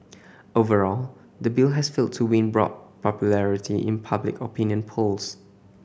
overall the bill has failed to win broad popularity in public opinion polls